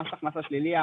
מס הכנסה שלילי,